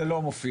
זה לא מופיע.